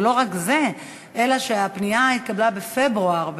ולא רק זה אלא שהפנייה התקבלה בפברואר,